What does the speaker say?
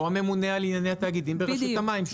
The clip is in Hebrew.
כמו הממונה על ענייני התאגידים ברשות המים,